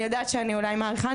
אני יודע שאני אולי מאריכה,